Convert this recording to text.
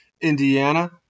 Indiana